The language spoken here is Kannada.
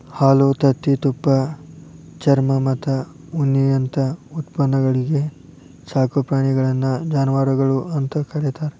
ಹಾಲು, ತತ್ತಿ, ತುಪ್ಪ, ಚರ್ಮಮತ್ತ ಉಣ್ಣಿಯಂತ ಉತ್ಪನ್ನಗಳಿಗೆ ಸಾಕೋ ಪ್ರಾಣಿಗಳನ್ನ ಜಾನವಾರಗಳು ಅಂತ ಕರೇತಾರ